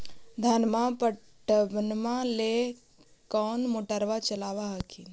धनमा पटबनमा ले कौन मोटरबा चलाबा हखिन?